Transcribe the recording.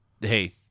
hey